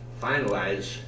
finalize